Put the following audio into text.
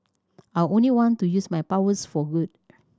I only want to use my powers for good